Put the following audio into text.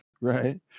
Right